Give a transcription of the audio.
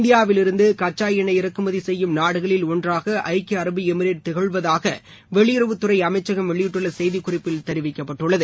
இந்தியாவிலிருந்து கச்சா எண்ணொய் இறக்குமதி செய்யும் நாடுகளில் ஒன்றாக ஐக்கிய அரபு எமிரேட் திகழ்வதாக வெளியுறவுத்துறை அமைச்சகம் வெளியிட்டுள்ள செய்திக்குறிப்பில் தெரிவிக்கப்பட்டுள்ளது